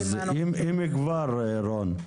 רון,